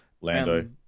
Lando